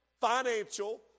financial